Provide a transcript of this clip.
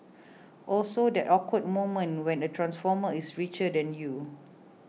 also that awkward moment when a transformer is richer than you